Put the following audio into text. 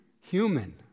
human